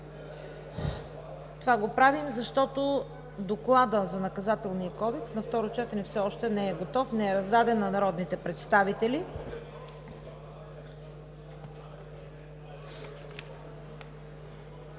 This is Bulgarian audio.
Това го правим, защото докладът за Наказателния кодекс на второ четене все още не е готов, не е раздаден на народните представители.